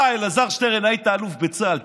אתה, אלעזר שטרן, היית אלוף בצה"ל.